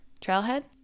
trailhead